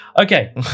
Okay